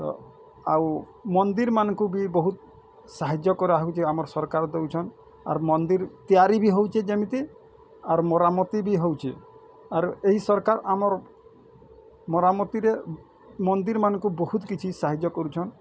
ତ ଆଉ ମନ୍ଦିର୍ମାନଙ୍କୁ ବି ବହୁତ୍ ସାହାଯ୍ୟ କରାହଉଛି ଆମର୍ ସରକାର୍ ଦଉଛନ୍ ଆର୍ ମନ୍ଦିର୍ ତିଆରି ବି ହଉଛେଁ ଯେମିତି ଆର୍ ମରାମତି ବି ହଉଛି ଆର୍ ଏଇ ସରକାର୍ ଆମର ମରାମତିରେ ମନ୍ଦିର୍ମାନଙ୍କୁ ବହୁତ୍ କିଛି ସାହାଯ୍ୟ କରୁଛନ୍